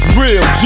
real